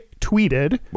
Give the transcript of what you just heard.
tweeted